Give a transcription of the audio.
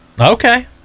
Okay